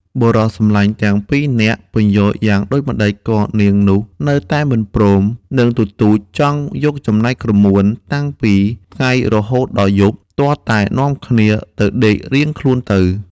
បុរសសម្លាញ់ទាំងពីរនាក់ពន្យល់យ៉ាងដូចម្តេច ក៏នាងនោះនៅតែមិនព្រម និងទទូចចង់យកចំណែកក្រមួន តាំងពីថ្ងៃរហូតដល់យប់ ទាល់តែនាំគ្នាទៅដេករៀងខ្លួនទៅ ។